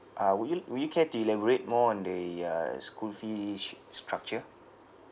uh would you would you care to elaborate more on the uh school fees structure